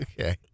Okay